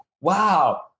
Wow